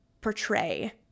portray